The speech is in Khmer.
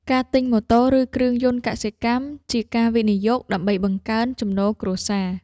ការទិញម៉ូតូ ឬគ្រឿងយន្តកសិកម្ម ជាការវិនិយោគដើម្បីបង្កើនចំណូលគ្រួសារ។